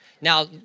Now